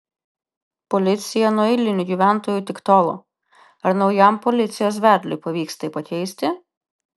policija nuo eilinių gyventojų tik tolo ar naujam policijos vedliui pavyks tai pakeisti